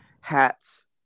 hats